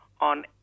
on